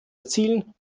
erzielen